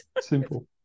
simple